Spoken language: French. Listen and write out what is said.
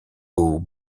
aux